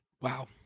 Wow